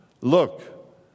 Look